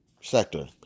sector